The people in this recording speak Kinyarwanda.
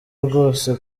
rwose